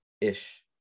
ish